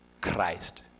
Christ